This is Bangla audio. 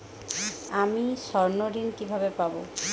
আমি স্বর্ণঋণ কিভাবে পাবো?